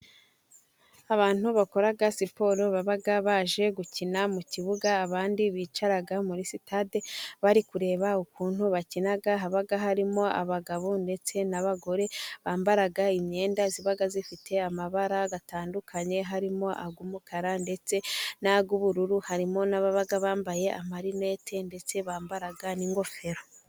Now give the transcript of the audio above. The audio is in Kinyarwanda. Abantu bakora siporo baba baje gukina mu kibuga, abandi bicara muri sitade bari kureba ukuntu bakina, haba it harimo abagabo ndetse n'abagore bambara imyenda iba ifite amabara atandukanye harimo, ay'umukara ndetse n'ay'ubururu, harimo n'ababa bambaye amarinete ndetse bambara n'ingofero.